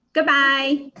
good-bye.